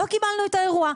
לא קיבלנו את האירוע'.